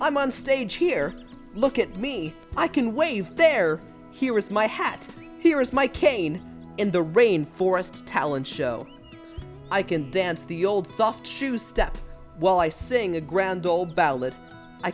i'm on stage here look at me i can wave there here is my hat here is my cane in the rain forest talent show i can dance the old soft shoe step while i sing a grand old